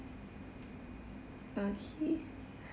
okay